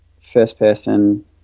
first-person